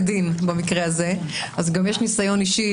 דין במקרה הזה אז אני חושבת שלרובנו יש גם ניסיון אישי,